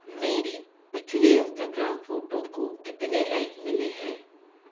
मेरी पिछली Instagram photo को कितने लाइक मिले हैं